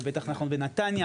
זה בטח נכון בנתניה,